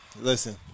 Listen